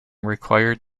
required